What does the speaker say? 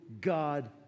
God